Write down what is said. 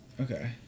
Okay